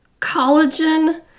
collagen